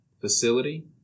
facility